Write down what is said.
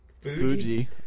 Fuji